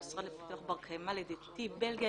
משרד לפיתוח בר קיימא ל- SDG,